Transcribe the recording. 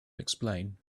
explain